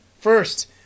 first